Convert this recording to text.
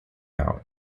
out